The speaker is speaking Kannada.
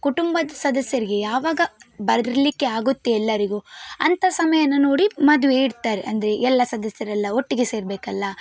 ಕುಟುಂಬದ ಸದಸ್ಯರಿಗೆ ಯಾವಾಗ ಬರಲಿಕ್ಕೆ ಆಗುತ್ತೆ ಎಲ್ಲರಿಗೂ ಅಂತ ಸಮಯಾನ ನೋಡಿ ಮದುವೆ ಇಡ್ತಾರೆ ಅಂದರೆ ಎಲ್ಲ ಸದಸ್ಯರೆಲ್ಲ ಒಟ್ಟಿಗೆ ಸೇರಬೇಕಲ್ಲ